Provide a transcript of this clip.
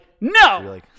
No